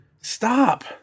stop